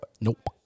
Nope